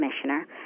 commissioner